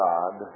God